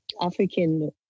African